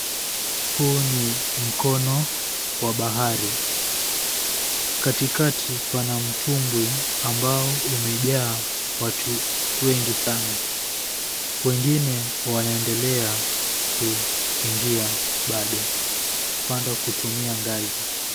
Huu ni mkono wa bahari. Katikati pana mtumbwi ambao umejaa watu wengi sana. Wengine wanaendelea kuingia bado, kupanda kutumia ngazi.